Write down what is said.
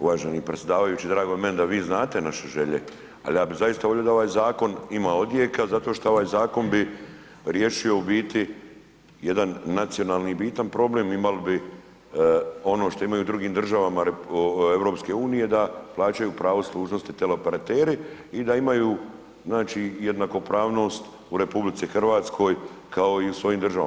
Uvaženi predsjedavajući drago je meni da vi znate naše želje ali ja bih zaista volio da ovaj zakon ima odjeka zato što ovaj zakon bi riješio u biti jedan nacionalni bitan problem imali bi ono što imaju u drugim državama EU da plaćaju pravo služnosti teleoperateri i da imaju znači jednakopravnost u RH kao i u svojim državama.